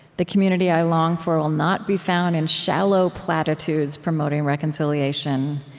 the community i long for will not be found in shallow platitudes promoting reconciliation.